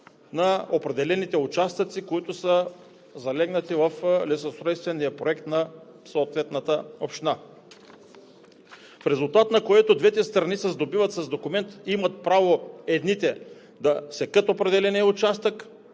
на определените участъци, които са залегнали в лесоустройствения проект на съответната община, в резултат на което двете страни се сдобиват с документ – едните имат право да секат в определения участък